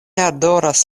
adoras